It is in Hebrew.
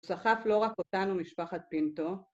סחף לא רק אותנו, משפחת פינטו.